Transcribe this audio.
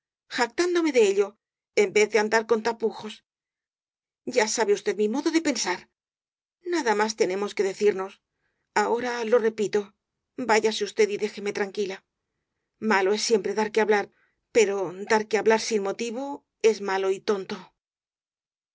jactándome de ello en vez de andar con tapujos ya sabe usted mi modo de pen sar nada más tenemos que decirnos ahora lo re pito váyase usted y déjeme tranquila malo es siem pre dar que hablar pero dar que hablar sin moti vo es malo y tonto